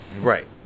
Right